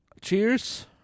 cheers